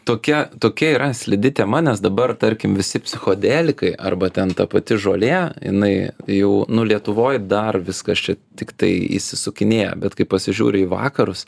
tokia tokia yra slidi tema nes dabar tarkim visi psichodelikai arba ten ta pati žolė jinai jau nu lietuvoj dar viskas čia tiktai įsisukinėja bet kai pasižiūri į vakarus